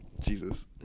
Jesus